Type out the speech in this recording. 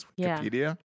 Wikipedia